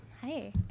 Hi